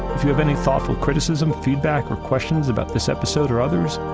if you have any thoughtful criticism, feedback, or questions about this episode or others,